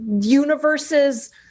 universes